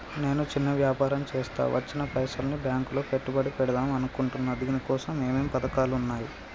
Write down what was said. నేను చిన్న వ్యాపారం చేస్తా వచ్చిన పైసల్ని బ్యాంకులో పెట్టుబడి పెడదాం అనుకుంటున్నా దీనికోసం ఏమేం పథకాలు ఉన్నాయ్?